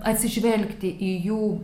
atsižvelgti į jų